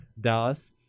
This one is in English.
Dallas